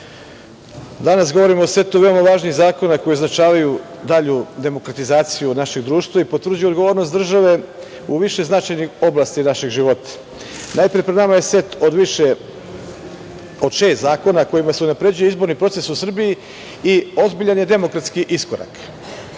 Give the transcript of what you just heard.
danas govorimo o setovima veoma važnih zakona, koji označavaju dalju demokratizaciju našeg društva i potvrđuju odgovornost države u više značajnih oblasti našeg života. Najpre, pred nama je set od više, od šest zakona kojima se unapređuje izborni proces u Srbiji i ozbiljan je demokratski iskorak.